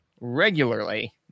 regularly